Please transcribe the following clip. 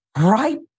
Right